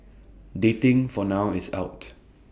dating for now is out